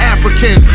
African